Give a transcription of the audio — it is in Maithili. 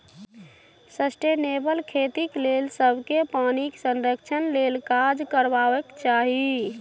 सस्टेनेबल खेतीक लेल सबकेँ पानिक संरक्षण लेल काज करबाक चाही